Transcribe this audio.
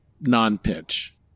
non-pitch